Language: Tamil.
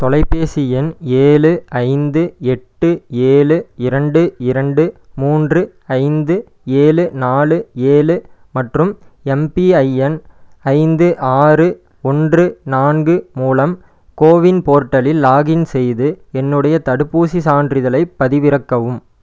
தொலைபேசி எண் ஏழு ஐந்து எட்டு ஏழு இரண்டு இரண்டு மூன்று ஐந்து ஏழு நாலு ஏழு மற்றும் எம்பிஐஎன் ஐந்து ஆறு ஒன்று நான்கு மூலம் கோவின் போர்ட்டலில் லாகின் செய்து என்னுடைய தடுப்பூசிச் சான்றிதழைப் பதிவிறக்கவும்